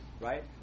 Right